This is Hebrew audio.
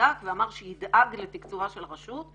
ובדק ואמר שידאג לתקצובה של הרשות.